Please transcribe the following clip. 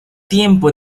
tiempo